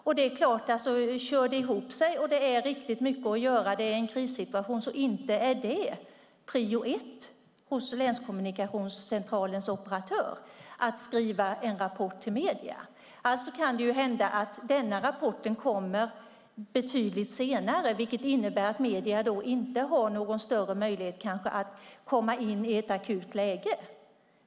Om det kör ihop sig och man har riktigt mycket att göra i en krissituation är det så klart inte prio ett hos länskommunikationscentralens operatör att skriva en rapport till medierna. Det kan alltså hända att denna rapport kommer betydligt senare, vilket innebär att medierna inte har någon större möjlighet att komma in i ett akut läge.